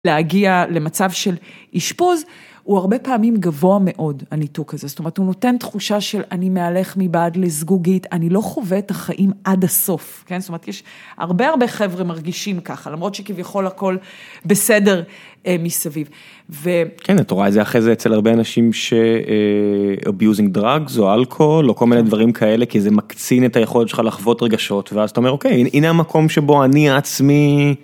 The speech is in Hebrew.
להגיע למצב של אישפוז, הוא הרבה פעמים גבוה מאוד, הניתוק הזה, זאת אומרת, הוא נותן תחושה של אני מהלך מבעד לזגוגית, אני לא חווה את החיים עד הסוף, כן? זאת אומרת, יש הרבה הרבה חבר'ה מרגישים ככה, למרות שכביכול הכל בסדר מסביב, ו... כן, את רואה איזה אחרי זה אצל הרבה אנשים שאביוזים דרגס או אלכוהול, או כל מיני דברים כאלה, כי זה מקצין את היכולת שלך לחוות רגשות, ואז אתה אומר, אוקיי, הנה המקום שבו אני עצמי...